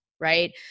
right